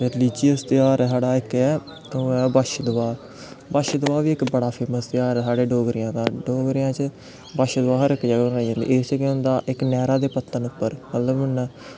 religious तेहार ऐ साढ़ा इक ओह् ऐ बच्छदुआ बच्छदुआ बी इक बड़ा फेमस तेहार ऐ साढ़े डोगरें दा डोगरे च बच्छदुआ केह् होंदा इक नैह्रा दे पत्तन उप्पर मतलब